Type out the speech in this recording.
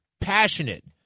passionate